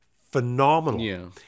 phenomenal